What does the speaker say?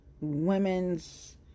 women's